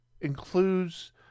includes